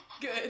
Good